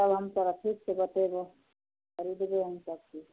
तब हम तोहरा ठीकसे बतेबऽ खरिदबै हम सबचीज